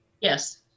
Yes